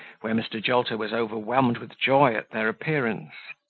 where mr. jolter was overwhelmed with joy their appearance.